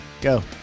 Go